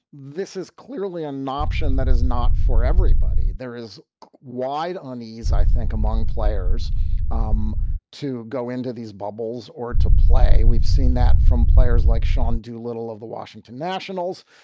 this is clearly an option that is not for everybody. there is wide unease, i think, among players um to go into these bubbles or to play. we've seen that from players like shaun do a little of the washington nationals.